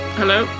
hello